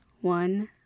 one